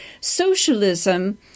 socialism